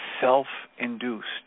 self-induced